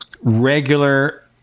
regular